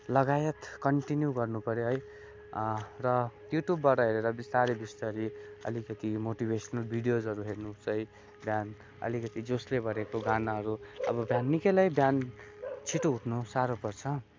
लगायत कन्टिन्यु गर्नु पर्यो है र युट्युबबाट हेरेर बिस्तारी बिस्तारी अलिकति मोटिभेसनल भिडियोजहरू हेर्नुसहित बिहान अलिकति जोसले भरिएको गानाहरू अब बिहान निकैलाई बिहान छिटो उठ्नु साह्रो पर्छ